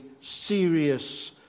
serious